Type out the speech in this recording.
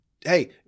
hey